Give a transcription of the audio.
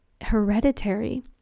hereditary